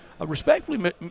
respectfully